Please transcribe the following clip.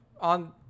on